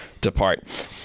depart